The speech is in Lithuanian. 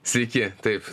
sveiki taip